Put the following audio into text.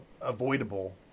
avoidable